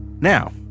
Now